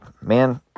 man